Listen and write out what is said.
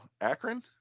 Akron